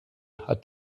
hat